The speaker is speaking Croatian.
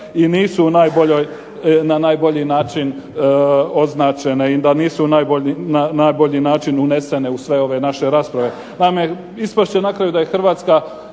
na najboji način označene i da nisu na najbolji način unesene u sve ove naše rasprave. Naime, ispast će na kraju da je Hrvatska